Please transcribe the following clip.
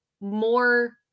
more